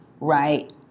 right